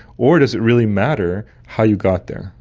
or does it really matter how you got there?